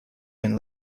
been